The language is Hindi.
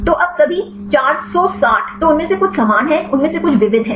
तो अब सभी 460 तो उनमें से कुछ समान हैं उनमें से कुछ विविध हैं